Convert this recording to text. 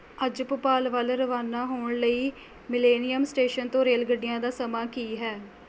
ਅੱਜ ਭੋਪਾਲ ਵੱਲ ਰਵਾਨਾ ਹੋਣ ਲਈ ਮਿਲੇਨੀਅਮ ਸਟੇਸ਼ਨ ਤੋਂ ਰੇਲਗੱਡੀਆਂ ਦਾ ਸਮਾਂ ਕੀ ਹੈ